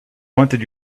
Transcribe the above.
wanted